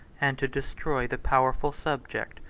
and to destroy the powerful subject,